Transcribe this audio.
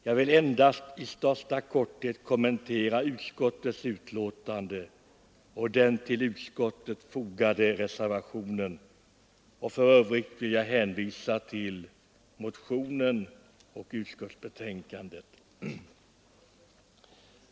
Jag skall endast i största korthet kommentera utskottets betänkande och den till betänkandet fogade reservationen och för övrigt vill jag hänvisa till motionen och utskottsbetänkandet.